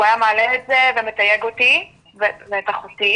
הוא היה מעלה את זה ומתייג אותי ואת אחותי